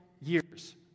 years